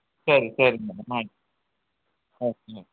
ಸರಿ ಸರಿ ಮೇಡಮ್ ಮಾಡ್ತೀನಿ ಆಯ್ತು ಮೇಡಮ್